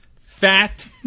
fat